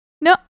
No